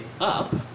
up